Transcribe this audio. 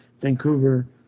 Vancouver